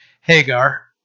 Hagar